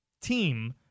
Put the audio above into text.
team